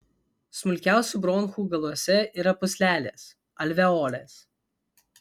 smulkiausių bronchų galuose yra pūslelės alveolės